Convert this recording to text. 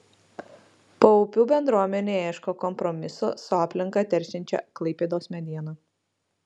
paupių bendruomenė ieško kompromiso su aplinką teršiančia klaipėdos mediena